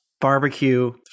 barbecue